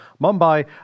Mumbai